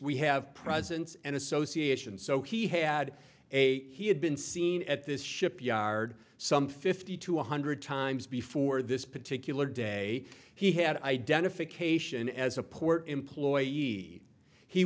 we have presence and association so he had a he had been seen at this shipyard some fifty to one hundred times before this particular day he had identification as a port employee he